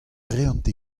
reont